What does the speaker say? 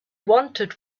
wanted